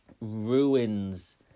ruins